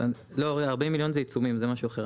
לא, 40 מיליון זה עיצומים זה משהו אחר.